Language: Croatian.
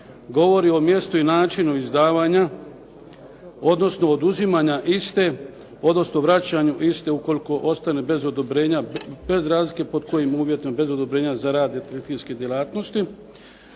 Govori o mjestu i načinu izdavanja, odnosno oduzimanja iste, odnosno vraćanju iste ukoliko ostane bez odobrenja, bez razlike pod kojim uvjetom bez odobrenja za rad detektivske djelatnosti.